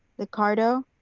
liccardo,